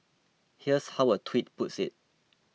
here's how a Tweet puts it